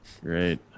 Great